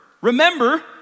remember